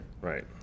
right